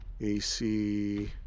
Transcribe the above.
AC